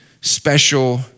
special